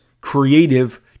creative